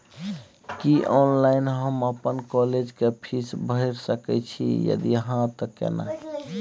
की online हम अपन college के फीस भैर सके छि यदि हाँ त केना?